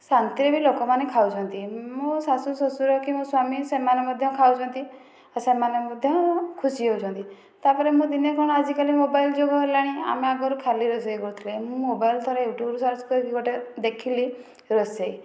ଶାନ୍ତିରେ ବି ଲୋକମାନେ ଖାଉଛନ୍ତି ମୋ' ଶାଶୁ ଶଶୁର କି ମୋ ସ୍ୱାମୀ ସେମାନେ ମଧ୍ୟ ଖାଉଛନ୍ତି ଆଉ ସେମାନେ ମଧ୍ୟ ଖୁସି ହଉଛନ୍ତି ତା'ପରେ ମୁଁ ଦିନେ କଣ ଆଜି କାଲି ମୋବାଇଲ ଯୁଗ ହେଲାଣି ଆମେ ଆଗରୁ ଖାଲି ରୋଷେଇ କରୁଥିଲେ ମୁଁ ମୋବାଇଲ ଥରେ ୟୁଟ୍ୟୁବରେ ସର୍ଚ୍ଚ କରିକି ଗୋଟେ ଦେଖିଲି ରୋଷେଇ